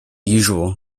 usual